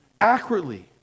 accurately